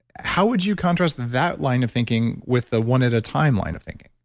how would you contrast that line of thinking with the one at a time line of thinking?